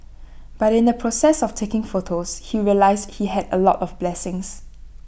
but in the process of taking photos he realised he had A lot of blessings